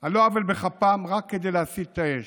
על לא עוול בכפם רק כדי להסיט את האש.